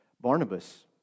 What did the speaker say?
Barnabas